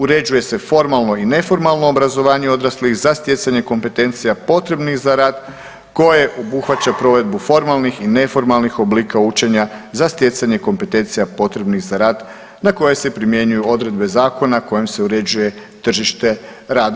Uređuje se formalno i neformalno obrazovanje odraslih za stjecanje kompetencija potrebnih za rad koje obuhvaća provedbu formalnih i neformalnih oblika učenja za stjecanje kompetencija potrebnih za rad na koje se primjenjuju odredbe zakona kojim se uređuje tržište rada.